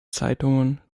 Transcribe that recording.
zeitungen